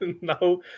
No